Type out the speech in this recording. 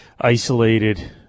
isolated